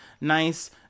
nice